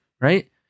Right